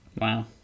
Wow